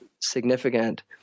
significant